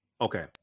Okay